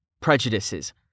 prejudices